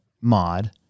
mod